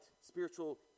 spiritual